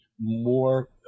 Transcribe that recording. more